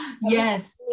yes